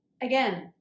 again